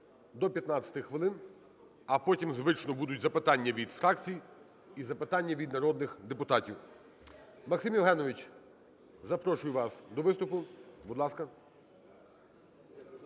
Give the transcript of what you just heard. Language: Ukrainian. до 15 хвилин. А потім, звично, будуть запитання від фракцій і запитання від народних депутатів. Максим Євгенович, запрошую вас до виступу. Будь ласка.